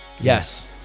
Yes